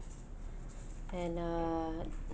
and uh